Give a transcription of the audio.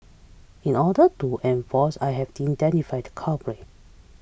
in order to enforce I have to identify the culprit